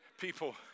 People